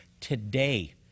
Today